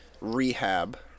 rehab